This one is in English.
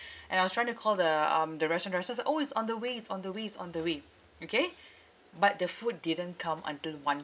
and I was trying to call the um the restaurant the restaurant said orh it's on the way it's on the way it's on the way okay but the food didn't come until one